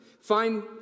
FINE